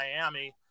Miami